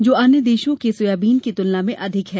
जो अन्य देशों के सोयाबीन की तुलना में अधिक है